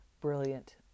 brilliant